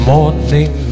Morning